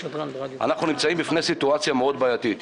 אנחנו נמצאים בפני סיטואציה בעייתית מאוד.